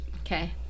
Okay